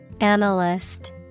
Analyst